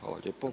Hvala lijepo.